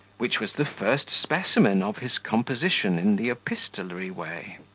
which was the first specimen of his composition in the epistolary way